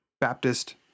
Baptist